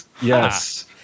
Yes